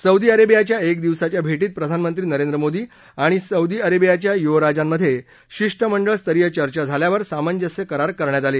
Saudi अरेबियाच्या एक दिवसाच्या भेटीत प्रधानमंत्री नरेंद्र मोदी आणि सोदी अरेबियाच्या युवराजांमध्ये शिष्टमंडळ स्तरीय चर्चा झाल्यावर सामंजस्य करार करण्यात आले